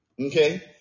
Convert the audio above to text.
okay